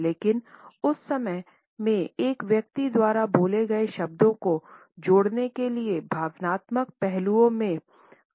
लेकिन उस समय में एक व्यक्ति द्वारा बोले गए शब्दों को जोड़ने के लिए भावनात्मक पहलुओं में अर्थ और भावनाएँ है